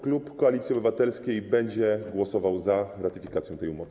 Klub Koalicji Obywatelskiej będzie głosował za ratyfikacją tej umowy.